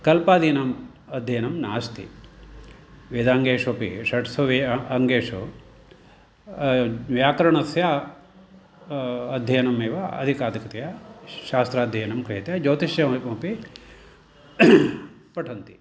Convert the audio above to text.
कल्पादीनाम् अध्ययनं नास्ति वेदाङ्गेषु अपि षट्सु अङ्गेषु व्याकरणस्य अध्ययनम् एव अधिकाधिकतया शास्त्राध्ययनं क्रियते ज्ञ्योतिष्यमपि पठन्ति